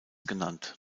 genannt